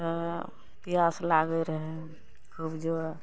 तऽ पियास लागै रहै खूब जोर